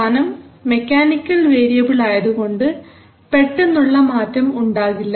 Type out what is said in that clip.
സ്ഥാനം mechanical variable ആയതുകൊണ്ട് പെട്ടെന്നുള്ള മാറ്റം ഉണ്ടാകില്ല